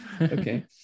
Okay